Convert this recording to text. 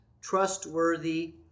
trustworthy